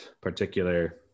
particular